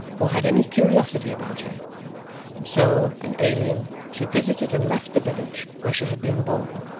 or had any curiosity about her and so, an alien, she visited and left the village where she had been born,